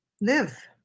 live